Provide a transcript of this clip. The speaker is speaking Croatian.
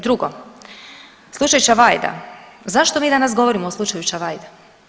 Drugo, slučaj Čavajda, zašto mi danas govorimo o slučaju Čavajda?